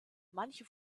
manche